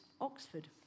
Oxford